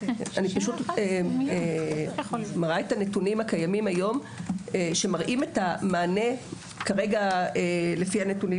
את מראה את הנתונים הקיימים היום שמראים את המענים לפי הנתונים